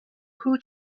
who